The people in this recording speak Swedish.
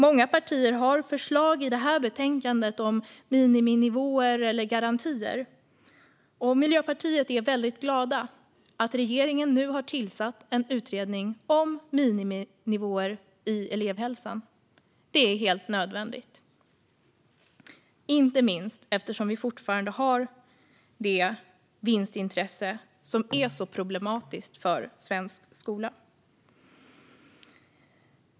Många partier har förslag i betänkandet om miniminivåer eller garantier, och Miljöpartiet är väldigt glada att regeringen nu har tillsatt en utredning om miniminivåer i elevhälsan. Det är helt nödvändigt, inte minst eftersom vi fortfarande har det vinstintresse som är så problematiskt för svensk skola.